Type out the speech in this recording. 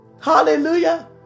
Hallelujah